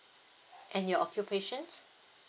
and your occupations